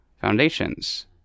foundations